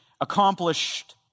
Accomplished